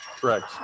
Correct